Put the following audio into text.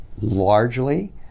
largely